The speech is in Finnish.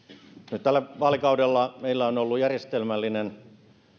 nyt tällä vaalikaudella meillä on ollut järjestelmällinen